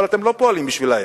אבל אתם לא פועלים בשבילם,